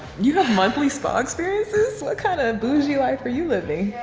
you have monthly spa experiences? what kind of bougie life are you living?